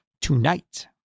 tonight